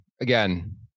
again